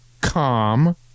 calm